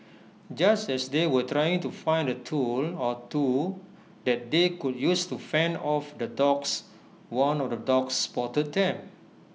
just as they were trying to find A tool or two that they could use to fend off the dogs one of the dogs spotted them